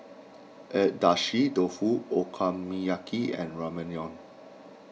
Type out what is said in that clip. Agedashi Dofu Okonomiyaki and Ramyeon